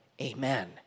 Amen